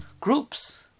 groups